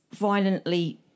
violently